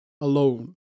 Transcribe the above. Alone